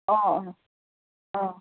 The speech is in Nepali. अँ अँ